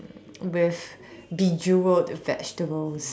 with bejewelled vegetables